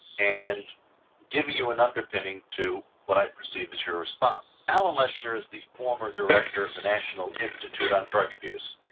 and give you an and underpinning to what i perceive as your response. alan leshner is the former director of the national institute on drug abuse.